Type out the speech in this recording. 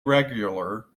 regular